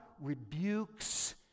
rebukes